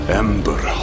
ember